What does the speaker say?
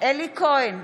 אלי כהן,